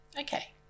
Okay